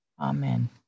Amen